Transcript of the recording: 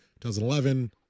2011